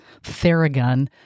TheraGun